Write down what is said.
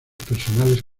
personales